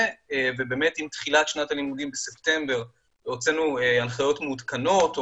ועם תחילת שנת הלימודים הוצאנו הנחיות מעודכנות,